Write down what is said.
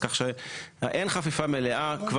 כך שאין חפיפה מלאה.